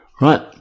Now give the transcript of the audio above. right